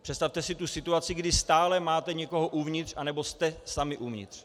Představte si situaci, kdy stále máte někoho uvnitř, anebo jste sami uvnitř.